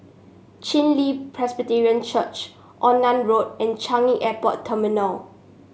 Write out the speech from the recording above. Chen Li Presbyterian Church Onan Road and Changi Airport Terminal